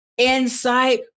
Insight